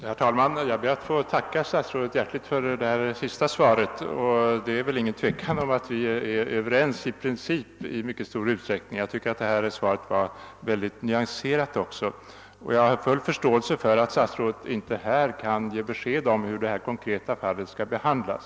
Herr talman! Jag ber att få tacka statsrådet hjärtligt för det sist lämnade svaret. Det är ingen tvekan om att vi i princip i mycket stor utsträckning är överens. Jag tycker också att detta svar var mycket nyanserat. Jag har full förståelse för att statsrådet inte nu kan ge besked om hur det aktuella konkreta fallet skall behandlas.